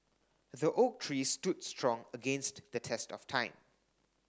the oak tree stood strong against the test of time